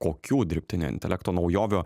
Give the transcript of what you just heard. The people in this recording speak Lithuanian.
kokių dirbtinio intelekto naujovio